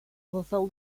fulfill